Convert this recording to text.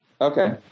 Okay